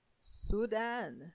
Sudan